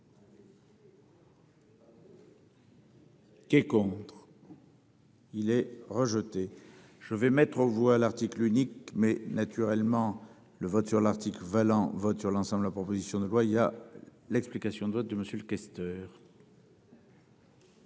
Qui est contre. Il est rejeté. Je vais mettre aux voix l'article unique mais naturellement le vote sur l'article valant vote sur l'ensemble de la proposition de loi, il y a l'explication de vote de Monsieur le questeur.